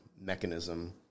mechanism